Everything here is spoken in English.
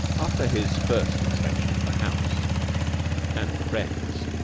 after his first inspection of the house and the friends,